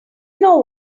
know